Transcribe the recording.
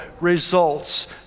results